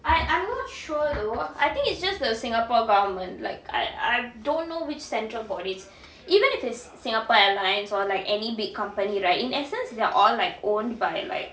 I I'm not sure though I think it's just the singapore government like I I don't know which central bodies even if it is singapore airlines or like any big company right in essence they're all like owned by like